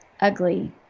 Ugly